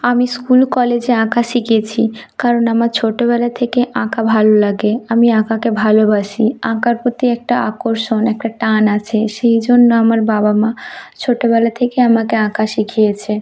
আমি স্কুল কলেজে আঁকা শিখেছি কারণ আমার ছোটোবেলা থেকে আঁকা ভাল লাগে আমি আঁকাকে ভালোবাসি আঁকার প্রতি একটা আকর্ষণ একটা টান আছে সেই জন্য আমার বাবা মা ছোটোবেলা থেকেই আমাকে আঁকা শিখিয়েছে